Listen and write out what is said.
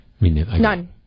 None